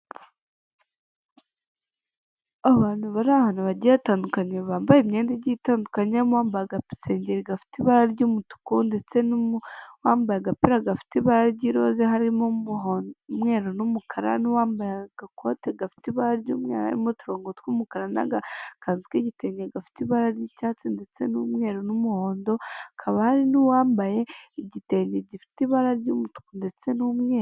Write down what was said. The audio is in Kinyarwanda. Abantu bari ahantu hagiye hatandukanye bambaye imyenda igiye itandukanyemomba agapisengeri gafite ibara ry'umutuku ndetse wambaye agapira gafite ibara ry'iroza harimoho umweru n'umukara n'uwambaye agakote gafite ibara ry'umweru haririmo uturongo tw'umukara n'aga k'igitenge gafite ibara ry'icyatsi ndetse n'umweru n'umuhondo kaba hari n'uwambaye igitede gifite ibara ry'umutuku ndetse n'umweru.